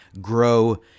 grow